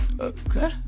okay